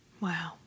Wow